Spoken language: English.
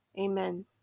Amen